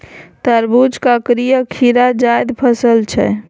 तरबुजा, ककरी आ खीरा जाएद फसल छै